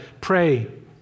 pray